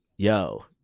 Yo